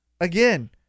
Again